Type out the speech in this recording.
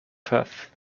pfaff